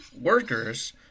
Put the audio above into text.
workers